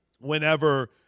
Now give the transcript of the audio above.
whenever